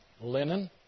Linen